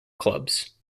clubs